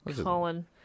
Colin